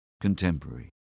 Contemporary